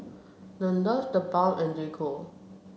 Nandos TheBalm and J Co